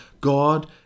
God